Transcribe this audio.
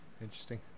Interesting